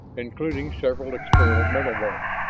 including several experimental ones.